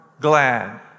glad